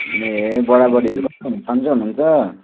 ए बडा बडीहरू कस्तो हुनुहुन्छ सन्चै हुनुहुन्छ